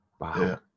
Wow